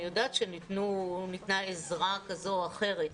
אני יודעת שניתנה עזרה כזו או אחרת,